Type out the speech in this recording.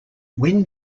when